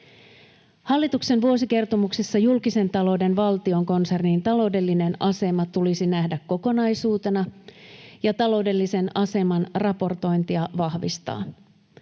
Hallituksen vuosikertomuksessa julkisen talouden valtion konsernin taloudellinen asema tulisi nähdä kokonaisuutena ja taloudellisen aseman raportointia vahvistaa.